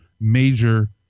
major